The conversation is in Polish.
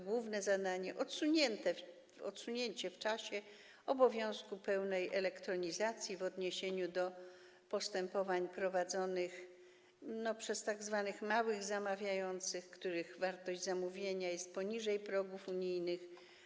Główne zadanie projektu to odsunięcie w czasie obowiązku pełnej elektronizacji w odniesieniu do postępowań prowadzonych przez tzw. małych zamawiających, których wartość zamówienia jest poniżej progów unijnych.